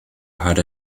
had